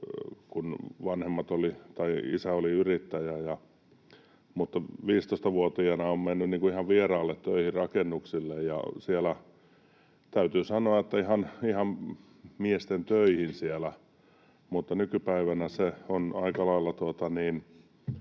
kun isä oli yrittäjä, mutta 15-vuotiaana olen mennyt ihan vieraalle töihin rakennuksille, ja täytyy sanoa, että ihan miesten töihin siellä. Mutta nykypäivänä on aika lailla,